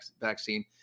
vaccine